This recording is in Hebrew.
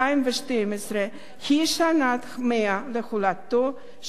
היא שנת ה-100 להולדתו של ראול ולנברג,